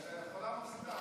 אם הוא לא נמצא,